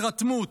הירתמות,